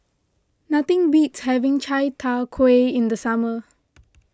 nothing beats having Chai Tow Kway in the summer